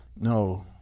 No